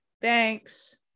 thanks